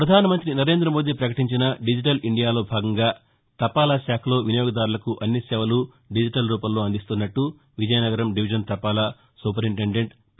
ప్రధాన మంతి నరేంద్ర మోదీ ప్రకటించిన డిజిటల్ ఇండియాలో భాగంగా తపాలా శాఖలో వినియోగదారులకు అన్ని సేవలూ డిజిటల్ రూపంలో అందిస్తున్నట్టు విజయనగరం డివిజన్ తపాలా సూపరింటెండెంట్ పి